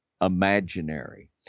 imaginary